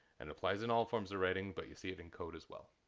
and applies in all forms of writing but you see it in code as well.